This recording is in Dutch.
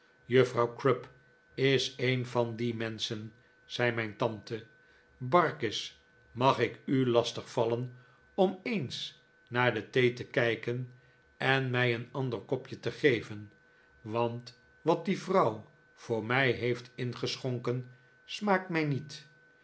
juffrouw crupp is een van die menschen zei mijn tante barkis mag ik u lastig vallen om ens naar de thee te kijken en mij een ander kopje te geven want wat die vrouw voor mij heeft ingeschonken smaakt mij niet